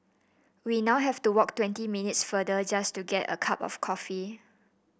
we now have to walk twenty minutes further just to get a cup of coffee